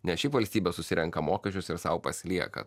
ne šiaip valstybė susirenka mokesčius ir sau pasilieka